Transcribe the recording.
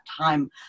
time